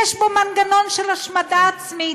יש בו מנגנון של השמדה עצמית.